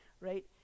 right